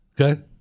Okay